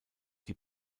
die